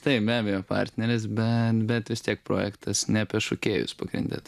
taip be abejo partneris bet bet vis tiek projektas apie šokėjus pagrinde